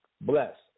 bless